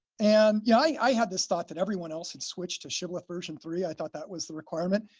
and yeah i had this thought that everyone else had switched to shibboleth version three. i thought that was the requirement.